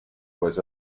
was